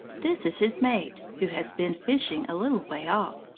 this is his mate, who has been fishing a little way off.